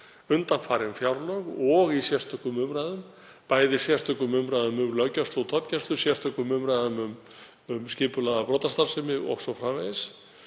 undanfarin fjárlög og í sérstökum umræðum, í sérstökum umræðum um löggæslu og tollgæslu, sérstökum umræðum um skipulagða brotastarfsemi o.s.frv.